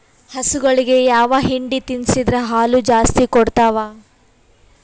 ಹಸುಗಳಿಗೆ ಯಾವ ಹಿಂಡಿ ತಿನ್ಸಿದರ ಹಾಲು ಜಾಸ್ತಿ ಕೊಡತಾವಾ?